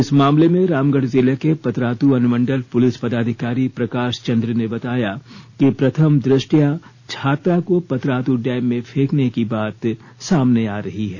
इस मामले में रामगढ़ जिले के पतरातू अनुमंडल पुलिस पदाधिकारी प्रकाश चंद्र ने बताया कि प्रथम दृष्टया छात्रा को पतरातू डैम में फेंकने की बात सामने आ रही है